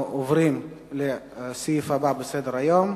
אנחנו עוברים לסעיף הבא בסדר-היום: